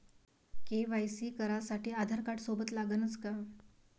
KYC करासाठी आधारकार्ड सोबत लागनच का?